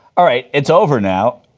all right it's over now,